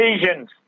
occasions